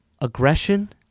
aggression